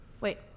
Wait